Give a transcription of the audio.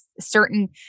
certain